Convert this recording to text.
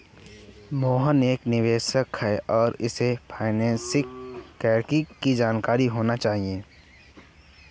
मोहन एक निवेशक है और उसे फाइनेशियल कैरियर की जानकारी होनी चाहिए